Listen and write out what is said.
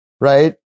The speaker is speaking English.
Right